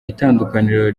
itandukaniro